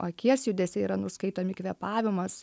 akies judesiai yra nuskaitomi kvėpavimas